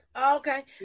Okay